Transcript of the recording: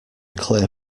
clear